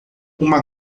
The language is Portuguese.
uma